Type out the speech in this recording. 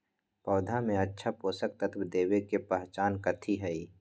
पौधा में अच्छा पोषक तत्व देवे के पहचान कथी हई?